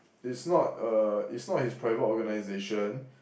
it's not uh it's not his private organisation